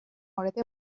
مورد